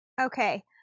Okay